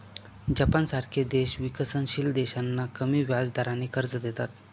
जपानसारखे देश विकसनशील देशांना कमी व्याजदराने कर्ज देतात